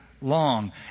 long